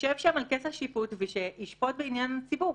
ישב שם על כס השיפוט וישפוט בעניין הציבור.